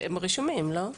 הם רשומים, לא?